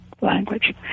language